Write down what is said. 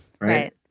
right